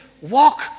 walk